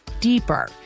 deeper